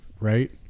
right